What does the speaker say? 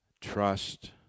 trust